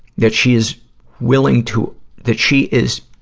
that she is willing to, that she is,